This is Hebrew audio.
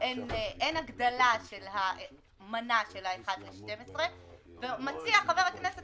שאין הגדלה של המנה של 1/12. מציע חבר הכנסת